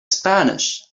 spanish